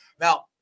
Now